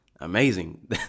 amazing